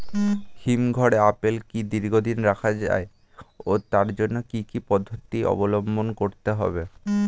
হিমঘরে আপেল কি দীর্ঘদিন রাখা যায় ও তার জন্য কি কি পদ্ধতি অবলম্বন করতে হবে?